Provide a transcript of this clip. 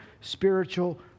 spiritual